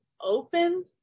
open